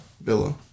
Villa